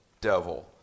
devil